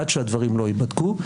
עד שהדברים לא ייבדקו.